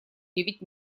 девять